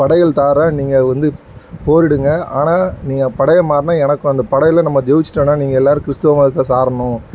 படைகள் தாரேன் நீங்கள் வந்து போரிடுங்கள் ஆனால் நீங்கள் படையை எனக்கும் அந்த படையில் நம்ம ஜெயிச்சிட்டோம்ன்னா நீங்கள் எல்லோரும் கிறிஸ்தவம் மதத்தை சாரணும்